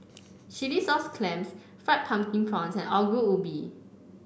Chilli Sauce Clams Fried Pumpkin Prawns and Ongol Ubi